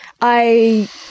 I-